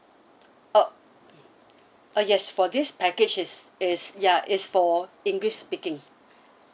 oh ah yes for this package is is ya it's for english speaking